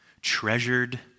treasured